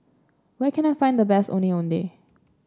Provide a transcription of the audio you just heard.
where can I find the best Ondeh Ondeh